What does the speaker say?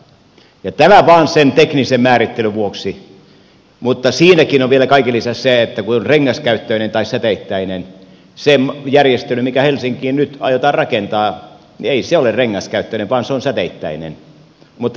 ja tämä vain sen teknisen määrittelyn vuoksi mutta siinäkin on vielä kaiken lisäksi se että se järjestely mikä helsinkiin nyt aiotaan rakentaa ei ole rengaskäyttöinen vaan se on säteittäinen